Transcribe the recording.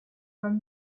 man